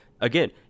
Again